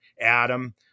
Adam